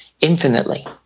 infinitely